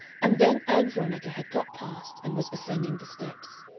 and then ann veronica had got past and was ascending the steps.